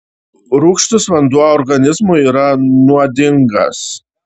rūgštus vanduo organizmui yra nuodingas